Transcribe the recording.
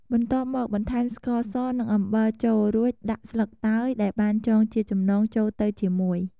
បន្ទាប់មកបន្ថែម ស្ករស និង អំបិល ចូល រួចដាក់ស្លឹកតើយ ដែលបានចងជាចំណងចូលទៅជាមួយ។